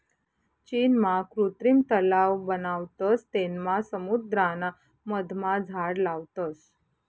चीनमा कृत्रिम तलाव बनावतस तेनमा समुद्राना मधमा झाड लावतस